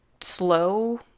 slow